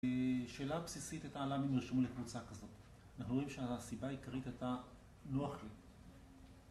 השאלה הבסיסית הייתה למה הם נרשמו לקבוצה כזאת? אנחנו רואים שהסיבה העיקרית הייתה: נוח לי